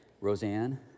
Roseanne